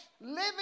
living